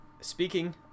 speaking